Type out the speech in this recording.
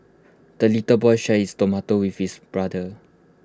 the little boy shared his tomato with his brother